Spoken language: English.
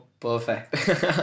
Perfect